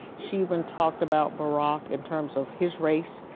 she even talked about barack in terms of his race.